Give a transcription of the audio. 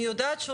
אני יודעת שהוא